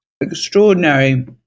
extraordinary